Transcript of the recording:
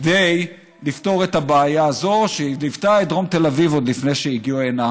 כדי לפתור את הבעיה הזאת שליוותה את דרום תל אביב לפני שהגיעו הנה